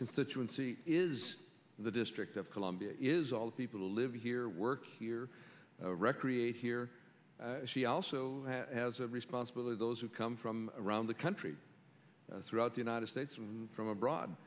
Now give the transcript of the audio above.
constituency is the district of columbia is all the people who live here work here recreate here she also has a responsibility those who come from around the country throughout the united states and from abroad